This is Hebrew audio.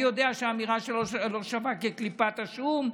אני יודע שהאמירה שלו שווה כקליפת השום,